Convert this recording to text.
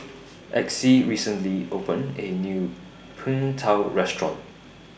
Exie recently opened A New Png Tao Restaurant